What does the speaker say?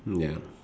ya